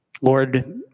Lord